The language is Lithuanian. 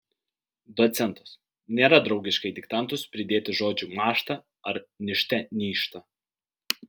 docentas nėra draugiška į diktantus pridėti žodžių mąžta ar nižte nyžta